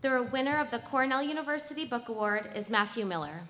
are a winner of the cornell university book award is matthew miller